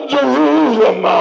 Jerusalem